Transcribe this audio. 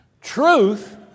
Truth